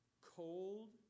cold